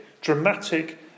dramatic